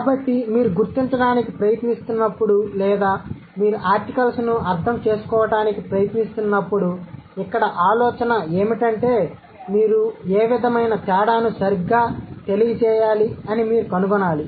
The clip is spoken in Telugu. కాబట్టి మీరు గుర్తించడానికి ప్రయత్నిస్తున్నప్పుడు లేదా మీరు ఆర్టికల్స్ ను అర్థం చేసుకోవడానికి ప్రయత్నిస్తున్నప్పుడు ఇక్కడ ఆలోచన ఏమిటంటే మీరు ఏ విధమైన తేడాను సరిగ్గా తెలియజేయాలి అని మీరు కనుగొనాలి